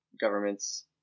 governments